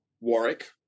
Warwick